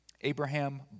Abraham